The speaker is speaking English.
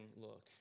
look